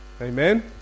Amen